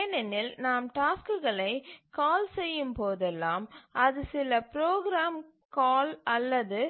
ஏனெனில் நாம் டாஸ்க்குகளை கால் செய்யும் போதெல்லாம் அது சில ப்ரோக்ராம் கால் அல்லது